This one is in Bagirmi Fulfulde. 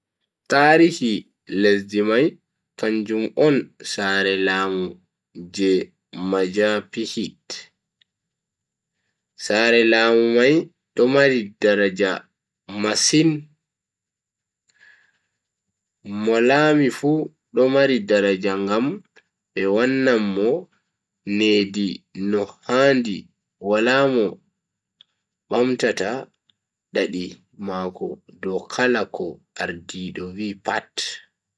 Tarihi lesdi mai kanjum on sare laamu je majapahit. sare laamu mai do mari daraja masin, Mo laami fu do mari daraja ngam be wannan Mo nedi no handi wala mo bamtata dande mako dow kala ko ardiido vi pat.